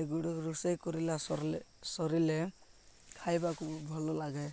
ଏଗୁଡ଼ିକ ରୋଷେଇ କରିଲା ସରିଲେ ଖାଇବାକୁ ଭଲ ଲାଗେ